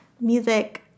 music